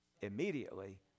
immediately